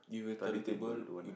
study table don't want ah